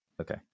Okay